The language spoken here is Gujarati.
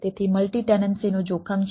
તેથી મલ્ટિ ટેનન્સીનું જોખમ છે